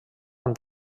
amb